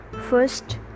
first